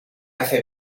hace